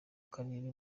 karere